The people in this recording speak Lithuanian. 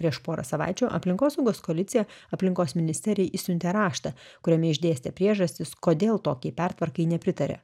prieš porą savaičių aplinkosaugos koalicija aplinkos ministerijai išsiuntė raštą kuriame išdėstė priežastis kodėl tokiai pertvarkai nepritaria